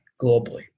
globally